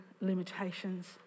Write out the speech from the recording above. limitations